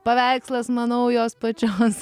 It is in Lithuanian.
paveikslas manau jos pačios